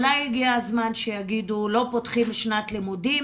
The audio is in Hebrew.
ואולי הגיע הזמן שיגידו: לא פותחים שנת לימודים